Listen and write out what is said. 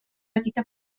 petita